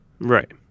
Right